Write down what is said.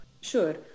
Sure